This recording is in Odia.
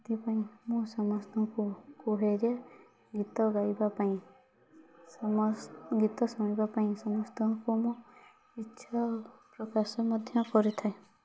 ସେଥିପାଇଁ ମୁଁ ସମସ୍ତଙ୍କୁ କୁହେ ଯେ ଗୀତ ଗାଇବା ପାଇଁ ଗୀତ ଶୁଣିବା ପାଇଁ ସମସ୍ତଙ୍କୁ ମୁଁ ଇଚ୍ଛା ପ୍ରକାଶ ମଧ୍ୟ କରିଥାଏ